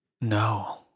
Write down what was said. No